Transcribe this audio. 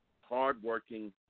hardworking